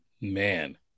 Man